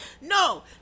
no